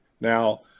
Now